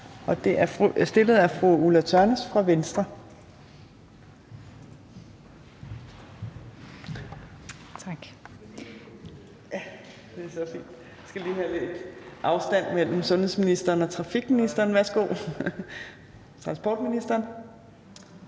og det er stillet af fru Ulla Tørnæs fra Venstre.